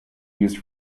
used